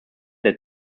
der